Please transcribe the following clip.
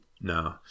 No